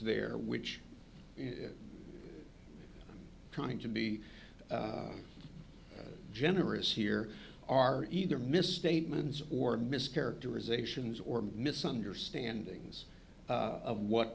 there which trying to be generous here are either misstatements or mischaracterizations or misunderstandings of what